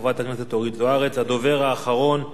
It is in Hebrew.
הדובר האחרון, חבר הכנסת ג'מאל זחאלקה.